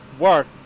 work